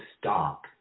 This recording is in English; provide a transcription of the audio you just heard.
stop